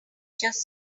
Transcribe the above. just